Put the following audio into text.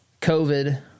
COVID